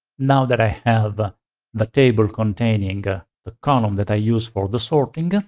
now that i have ah the table containing and the column that i use for the sorting,